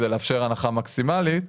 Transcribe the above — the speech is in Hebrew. כדי לאפשר הנחה מקסימלית,